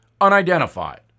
unidentified